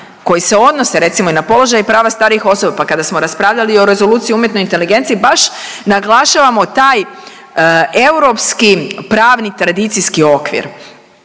koji se odnose recimo i na položaj i prava starijih osoba pa kada smo raspravljali o rezoluciji o umjetnoj inteligenciji baš naglašavamo taj europski pravni tradicijski okvir.